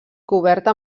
coberta